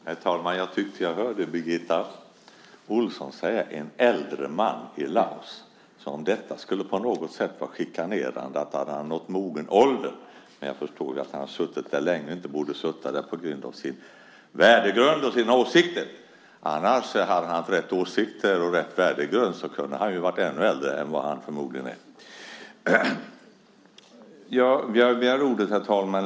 Herr talman! Jag tyckte att jag hörde Birgitta Ohlsson säga: En äldre man i Laos, som om det på något sätt skulle vara chikanerande att han hade nått mogen ålder. Men jag förstår ju att han har suttit där länge och inte borde sitta där på grund av sin värdegrund och sina åsikter. Hade han haft rätt åsikter och rätt värdegrund kunde han ha varit ännu äldre än vad han förmodligen är. Herr talman!